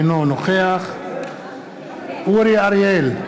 אינו נוכח אורי אריאל,